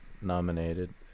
nominated